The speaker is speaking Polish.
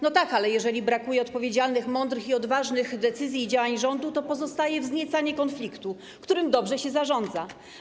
No tak, ale jeżeli brakuje odpowiedzialnych, mądrych i odważnych decyzji i działań rządu, to pozostaje wzniecanie konfliktu, którym dobrze się zarządza.